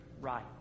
right